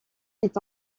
est